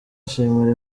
ashimira